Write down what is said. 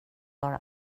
har